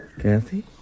Kathy